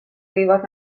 võivad